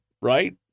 right